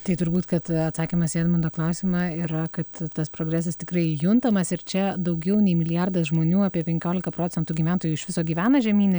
tai turbūt kad atsakymas į edmundo klausimą yra kad tas progresas tikrai juntamas ir čia daugiau nei milijardas žmonių apie penkiolika procentų gyventojų iš viso gyvena žemyne